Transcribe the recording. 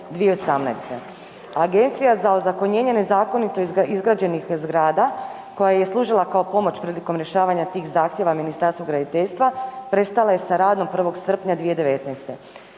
Agencija za ozakonjenje nezakonito izgrađenih zgrada koja je služila kao pomoć prilikom rješavanja tih zahtjeva Ministarstvu graditeljstva prestala je sa radom 1. srpnja 2019.